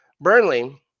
Burnley